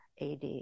AD